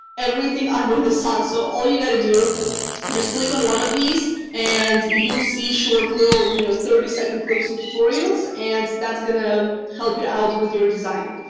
everything under the sun. so all you got to do just click on one of these and you'll see short little, you know, thirty second cli s and tutorials and that's gonna help y u out with your design.